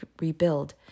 rebuild